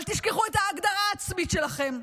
אל תשכחו את ההגדרה העצמית שלכם,